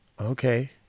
okay